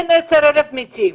אין 10,000 מתים,